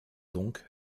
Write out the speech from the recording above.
donc